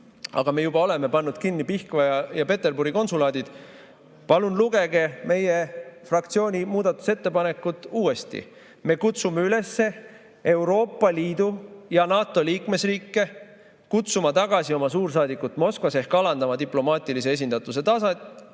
aga me juba oleme pannud kinni Pihkva ja Peterburi konsulaadid – palun lugege meie fraktsiooni muudatusettepanekut uuesti! Me kutsume üles Euroopa Liidu ja NATO liikmesriike kutsuma tagasi oma suursaadikud Moskvas ehk alandama diplomaatilise esindatuse taset